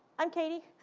i'm katie.